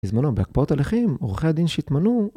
בזמנו בהקפאות הליכים, עורכי הדין שהתמנו